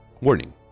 Warning